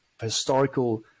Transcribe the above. historical